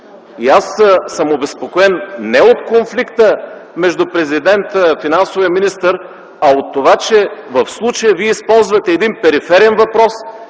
Аз съм обезпокоен не от конфликта между президента и финансовия министър, а от това, че в случая вие използвате един периферен въпрос